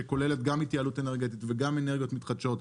שכוללת גם התייעלות אנרגטית וגם אנרגיות מתחדשות,